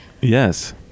Yes